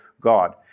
God